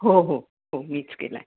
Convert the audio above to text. हो हो हो मीच केला आहे